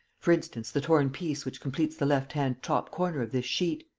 for instance, the torn piece which completes the left-hand top corner of this sheet.